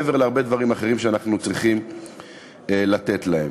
מעבר להרבה דברים אחרים שאנחנו צריכים לתת להם.